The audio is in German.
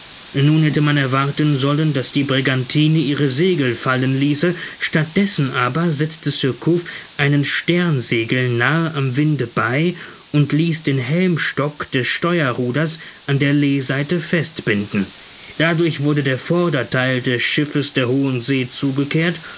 nun hätte man erwarten sollen daß die brigantine ihre segel fallen ließe statt dessen aber setzte surcouf ein sternsegel nahe am winde bei und ließ den helmstock des steuerruders an der leeseite festbinden dadurch wurde der vordertheil des schiffes der hohen see zugekehrt